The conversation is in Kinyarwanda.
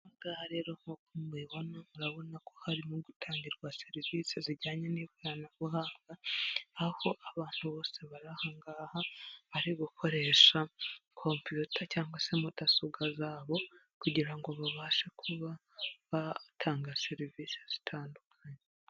Aha ngaha rero nk'uko mubibona murabona ko harimo gutangirwa serivisi zijyanye n'ikoranabuhanga, aho abantu bose bari aha ngaha bari gukoresha kompuyuta cyangwa se mudasobwa zabo kugira ngo babashe kuba batanga serivisi zitandukanye.